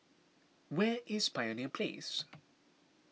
where is Pioneer Place